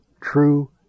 true